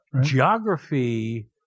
geography